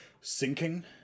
sinking